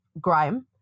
Grime